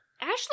Ashley